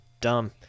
dumb